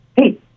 Hey